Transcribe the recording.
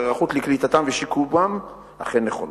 היערכות לקליטתם ושיקומם אכן נכונות.